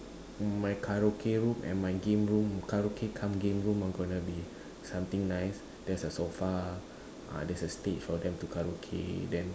my karaoke room and my game room karaoke cum game room gonna be something nice there is a sofa there is a stage for them to karaoke then